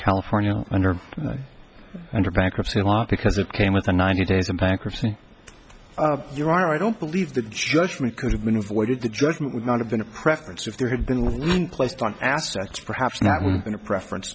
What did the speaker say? california under the under bankruptcy law because it came within ninety days of bankruptcy there are i don't believe the judgment could have been avoided the judgment would not have been a preference if there had been with placed on assets perhaps not in a preference